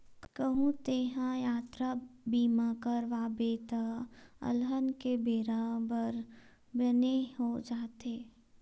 कहूँ तेंहा यातरा बीमा करवाबे त अलहन के बेरा बर बने हो जाथे